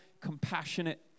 compassionate